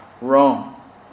wrong